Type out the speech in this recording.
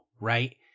right